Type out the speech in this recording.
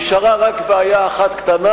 נשארה רק בעיה אחת קטנה,